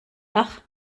dach